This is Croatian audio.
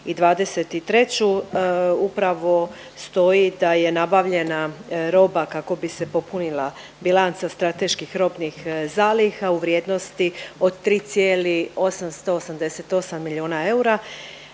2023. upravo stoji da je nabavljena roba kako bi se popunila bilanca strateških robnih zaliha u vrijednosti od 3,888 miliona eura.